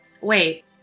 Wait